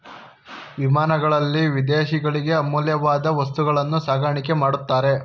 ವಿಮಾನಗಳಲ್ಲಿ ವಿದೇಶಗಳಿಗೆ ಅಮೂಲ್ಯವಾದ ವಸ್ತುಗಳನ್ನು ಸಾಗಾಣಿಕೆ ಮಾಡುತ್ತಾರೆ